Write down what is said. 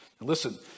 Listen